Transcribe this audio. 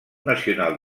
nacional